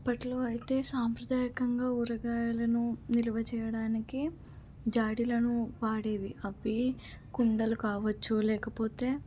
అప్పట్లో అయితే సాంప్రదాయకంగా ఊరగాయలను నిల్వ చేయడానికి జాడీలను వాడేవి అవి కుండలు కావచ్చు లేకపోతే